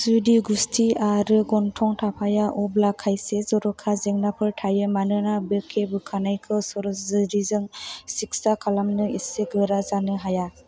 जुदि गुस्थि आरो गन्थं थाफाया अब्ला खायसे जर'खा जेंनाफोर थायो मानोना बोखे बोखानायखौ सरजुरिजों चिकित्सा खालामनो एसे गोरा जानो हाया